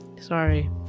sorry